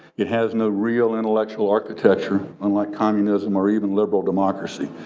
it has no real intellectual architecture unlike communism or even liberal democracy.